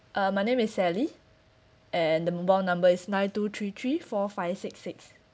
uh my name is sally and the mobile number is nine two three three four five six six